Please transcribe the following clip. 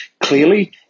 clearly